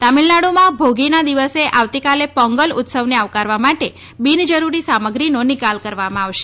તમિલનાડુમાં ભોગીના દિવસે આવતીકાલે પોંગલ ઉત્સવને આવકારવા માટે બિનજરૂરી સામગ્રીનો નિકાલ કરવામાં આવશે